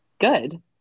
good